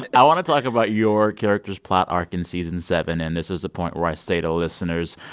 and i want to talk about your character's plot arc in season seven. and this is the point where i say to listeners,